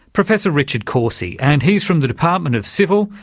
professor richard corsi and he's from the department of civil,